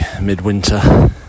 midwinter